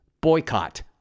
Boycott